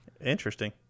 Interesting